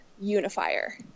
unifier